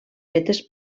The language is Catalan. fetes